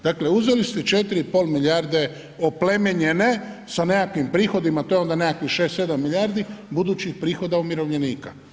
Dakle, uzeli ste 4 i pol milijarde oplemenjene sa nekakvim prihodima to je onda nekakvih 6, 7 milijardi budućih prihoda umirovljenika.